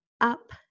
up